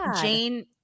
Jane